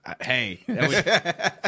Hey